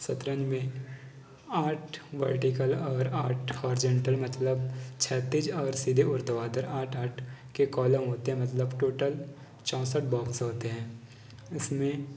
शतरंज में आठ वर्टिकल और आठ होरिजेंटल मतलब छतीस और सीधे आठ आठ के कॉलम होते हैं मतलब टोटल चौंसठ बॉक्स होते हैं इसमें